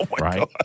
Right